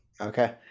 okay